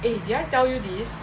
eh did I tell you this